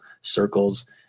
circles